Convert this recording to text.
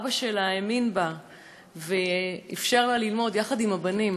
אבא שלה האמין בה ואפשר לה ללמוד יחד עם הבנים,